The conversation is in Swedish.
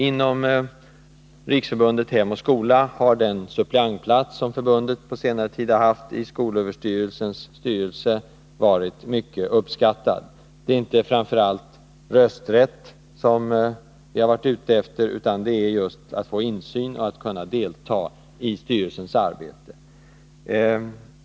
Inom Riksförbundet Hem och skola har den suppleantplats som förbundet på senare tid har haft i skolöverstyrelsens styrelse varit mycket uppskattad. Det är inte framför allt rösträtten vi har varit ute efter, utan just att få insyn och kunna delta i styrelsens arbete.